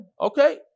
Okay